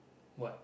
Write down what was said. what